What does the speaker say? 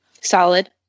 Solid